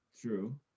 true